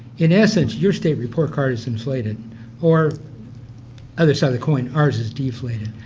in essence your state report card is inflated or other side of the coin ours is deflated.